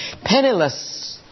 penniless